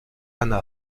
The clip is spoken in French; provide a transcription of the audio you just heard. anna